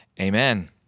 Amen